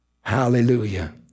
hallelujah